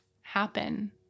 happen